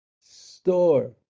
store